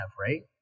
right